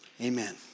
Amen